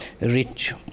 rich